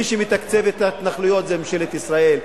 מי שמתקצב את ההתנחלויות זה ממשלת ישראל,